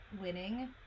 winning